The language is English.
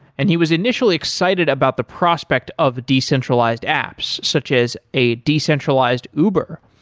and he was initially excited about the prospect of decentralized apps, such as a decentralized uber.